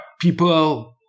people –